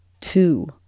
two